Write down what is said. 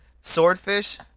Swordfish